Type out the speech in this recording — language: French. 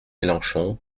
mélenchon